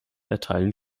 erteilen